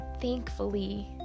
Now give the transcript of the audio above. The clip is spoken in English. Thankfully